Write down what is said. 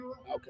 Okay